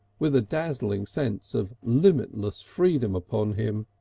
with a dazzling sense of limitless freedom upon him,